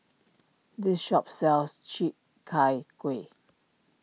this shop sells Chi Kak Kuih